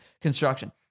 construction